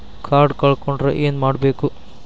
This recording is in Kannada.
ಕಾರ್ಡ್ ಕಳ್ಕೊಂಡ್ರ ಏನ್ ಮಾಡಬೇಕು?